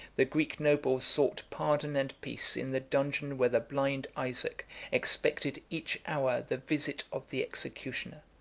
the greek nobles sought pardon and peace in the dungeon where the blind isaac expected each hour the visit of the executioner.